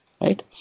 right